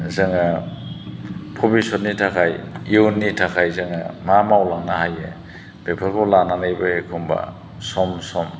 जोङो भबिस्व'तनि थाखाय इयुननि थाखाय जोङो मा मावलांनो हायो बेफोरखौ लानानैबो एखनबा सम सम